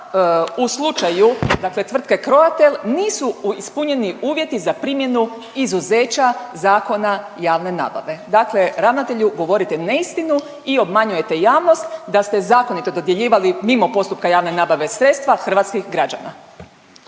u slučaju dakle tvrtke Croatel nisu ispunjeni uvjeti za primjenu izuzeća Zakona javne nabave, dakle ravnatelju govorite neistinu i obmanjujete javnost da ste zakonito dodjeljivali mimo postupka javne nabave sredstva hrvatskih građana.